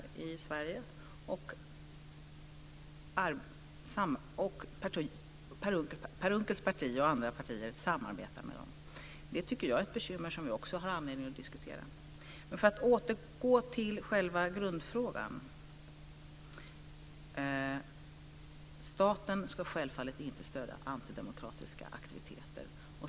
Per Unckels parti och andra partier samarbetar med dessa partier. Det är ett bekymmer som vi också har anledning att diskutera. Men får att återgå till själva grundfrågan: Staten ska självfallet inte stödja antidemokratiska aktiviteter.